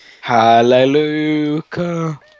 Hallelujah